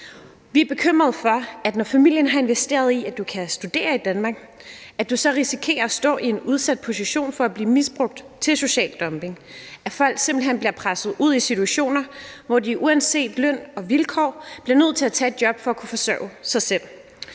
Vi er bekymret for, når familien har investeret i, at du kan studere i Danmark, at du så risikerer at stå i en udsat position for at blive misbrugt til social dumping, altså at folk simpelt hen bliver presset ud i situationer, hvor de uanset løn og vilkår bliver nødt til at tage et job for at kunne forsørge sig selv.